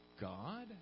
God